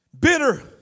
bitter